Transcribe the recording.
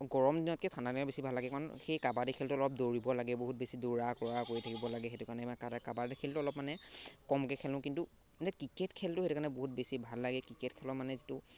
গৰম দিনতকৈ ঠাণ্ডা দিনত বেছি ভাল লাগে কাৰণ সেই কাবাডী খেলটো অলপ দৌৰিব লাগে বহুত বেছি দৌৰা কৰা কৰি থাকিব লাগে সেইটো কাৰণে কাবাডী খেলটো অলপ মানে কমকৈ খেলোঁ কিন্তু এনে ক্ৰিকেট খেলটো সেইটো কাৰণে বহুত বেছি ভাল লাগে ক্ৰিকেট খেলৰ মানে যিটো